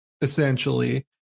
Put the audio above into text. essentially